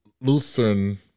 Lutheran